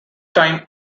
time